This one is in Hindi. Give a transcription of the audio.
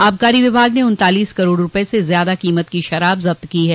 आबकारी विभाग ने उन्तालीस करोड़ रूपये से ज्यादा कीमत की शराब जब्त की है